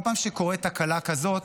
כל פעם שקורית תקלה כזאת,